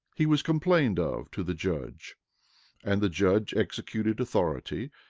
he was complained of to the judge and the judge executed authority,